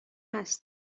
هست